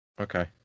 okay